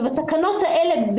התקנות האלה,